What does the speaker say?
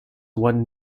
one